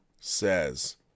says